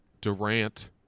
Durant